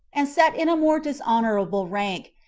and set in a more dishonorable rank,